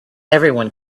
everyone